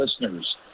listeners